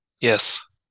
Yes